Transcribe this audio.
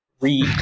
Read